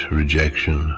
rejection